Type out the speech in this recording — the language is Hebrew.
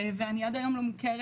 ואני עד היום לא מוכרת,